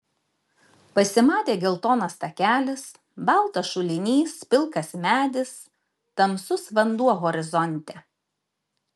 pasimatė geltonas takelis baltas šulinys pilkas medis tamsus vanduo horizonte